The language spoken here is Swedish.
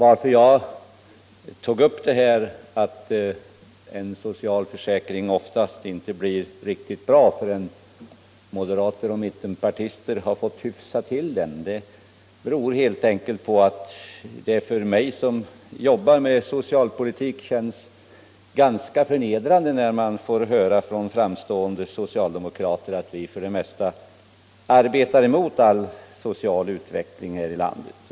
Anledningen till att jag nämnde att en socialförsäkring oftast inte blir riktigt bra förrän moderater och mittenpartister har fått hyfsa till den var helt enkelt att det för mig, som jobbar med socialpolitik, känns ganska förnedrande att få höra från framstående socialdemokrater att vi för det mesta arbetar emot all social utveckling här i landet.